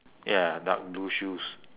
ya dark blue shoes